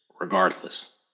regardless